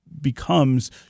becomes